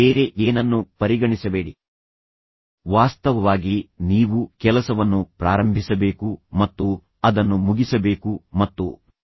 ಮೂರನೆಯ ಅಂಶವೆಂದರೆ ನೀವು ಕೆಲಸವನ್ನು ಮಾಡುತ್ತಿರುವಾಗ ನಿಮ್ಮ ಗಡಿಯಾರವನ್ನು ನೋಡಬೇಡಿ ಮತ್ತು ವಾಸ್ತವವಾಗಿ ನೀವು ಕೆಲಸವನ್ನು ಪ್ರಾರಂಭಿಸಬೇಕು ಮತ್ತು ಅದನ್ನು ಮುಗಿಸಬೇಕು ಮತ್ತು ನಂತರ ನೀವು ನಿಮ್ಮ ಗಡಿಯಾರವನ್ನು ನೋಡಬೇಕು